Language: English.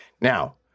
Now